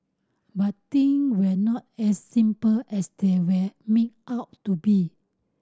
but thing were not as simple as they were made out to be